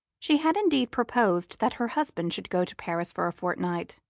she had indeed proposed that her husband should go to paris for a fortnight,